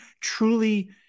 truly